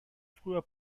früher